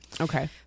Okay